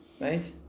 Right